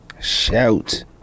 Shout